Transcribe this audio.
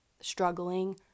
struggling